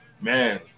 man